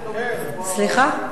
סליחה.